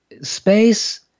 Space